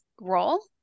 role